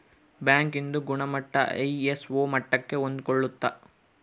bank ಇಂದು ಗುಣಮಟ್ಟ ISO ಮಟ್ಟಕ್ಕೆ ಹೊಂದ್ಕೊಳ್ಳುತ್ತ